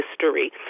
history